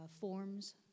forms